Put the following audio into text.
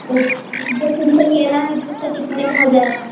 तो दो क्वुँटल लेना है तब तो कितने में हो जाएगा